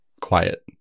quiet